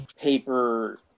paper